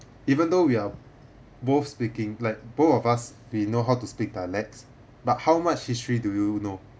even though we are both speaking like both of us we know how to speak dialects but how much history do you know